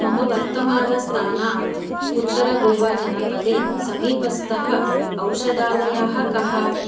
मम वर्तमानस्थानात् उत्तरगोवाजनपदे समीपस्थः औषधालयः कः